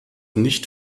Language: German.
nicht